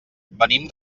venim